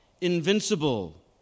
invincible